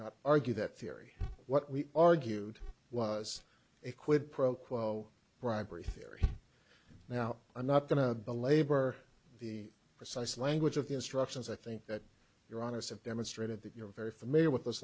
not argue that theory what we argued was a quid pro quo bribery theory now i'm not going to belabor the precise language of the instructions i think that you're honest have demonstrated that you're very familiar with th